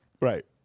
right